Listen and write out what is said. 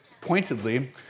pointedly